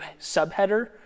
subheader